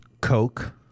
coke